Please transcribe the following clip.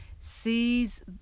sees